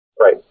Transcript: Right